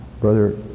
Brother